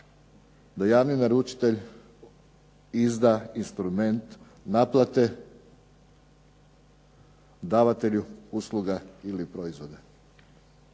da javni naručitelj izda instrument naplate davatelju usluga ili proizvoda.